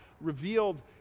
revealed